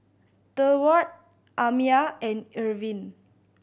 Durward Amiah and Irvin